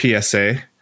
PSA